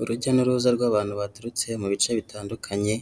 Urujya n'uruza rw'abantu baturutse mu bice bitandukanye,